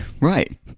right